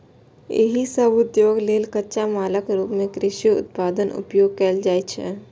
एहि सभ उद्योग लेल कच्चा मालक रूप मे कृषि उत्पादक उपयोग कैल जाइ छै